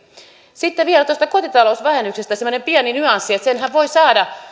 sitten vielä tuosta kotitalousvähennyksestä semmoinen pieni nyanssi että senhän voi saada